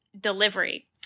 Delivery